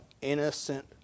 innocent